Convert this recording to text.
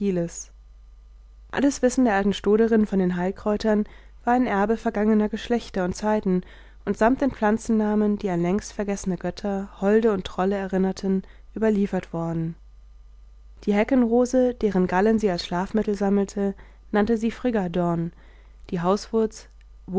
alles wissen der alten stoderin von den heilkräutern war ein erbe vergangener geschlechter und zeiten und samt den pflanzennamen die an längst vergessene götter holde und trolle erinnerten überliefert worden die heckenrose deren gallen sie als schlafmittel sammelte nannte sie friggadorn die